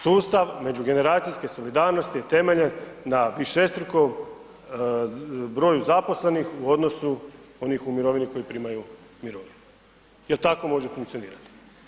Sustav međugeneracijske solidarnosti je temeljen na višestrukom broju zaposlenih u odnosu onih u mirovini koji primaju mirovinu jer tako može funkcionirati.